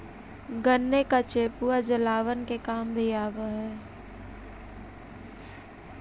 गन्ने का चेपुआ जलावन के काम भी आवा हई